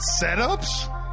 setups